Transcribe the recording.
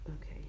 okay